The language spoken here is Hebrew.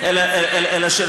עם כל